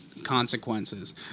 consequences